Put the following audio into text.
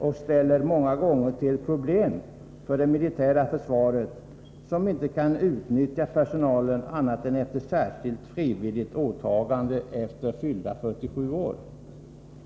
Den medför många gånger problem för det militära försvaret, som inte kan utnyttja personalen annat än för särskilt frivilligt åtagande efter fyllda 47 år.